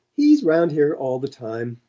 he's round here all the time.